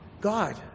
God